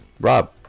Rob